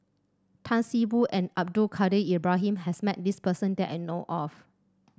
Tan See Boo and Abdul Kadir Ibrahim has met this person that I know of